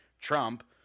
Trump